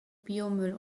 biomüll